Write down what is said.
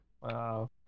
Wow